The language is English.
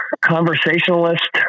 conversationalist